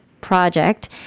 project